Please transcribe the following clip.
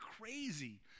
crazy